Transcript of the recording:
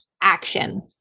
action